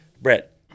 Brett